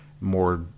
more